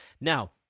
Now